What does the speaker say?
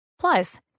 Plus